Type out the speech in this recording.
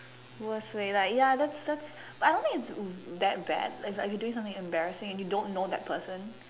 worst way like ya that's that's I don't think it's that bad like if you doing something embarrassing and you don't know that person